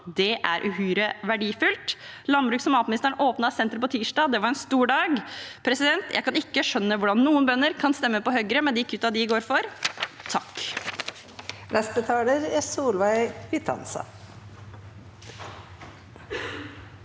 er uhyre verdifullt. Landbruks- og matministeren åpnet senteret på tirsdag. Det var en stor dag. Jeg kan ikke skjønne hvordan bønder kan stemme på Høyre, med de kuttene de går inn for.